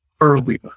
earlier